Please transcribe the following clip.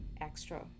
extra